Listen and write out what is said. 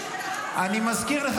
אני מזכיר לך,